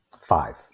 five